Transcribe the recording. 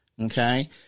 Okay